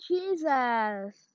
Jesus